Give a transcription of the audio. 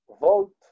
vote